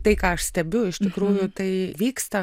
tai ką aš stebiu iš tikrųjų tai vyksta